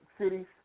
cities